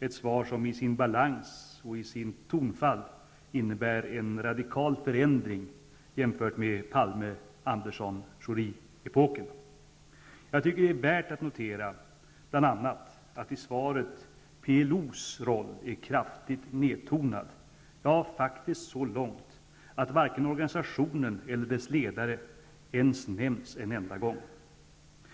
ett svar som i sin balans och sitt tonfall innebär en radikal förändring jämfört med Palme Värt att notera är bl.a. att PLO:s roll är kraftigt nedtonad i svaret, ja faktiskt så långt att varken organisationen eller dess ledare ens nämns en enda gång.